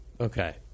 Okay